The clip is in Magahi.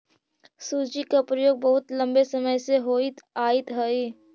सूजी का प्रयोग बहुत लंबे समय से होइत आयित हई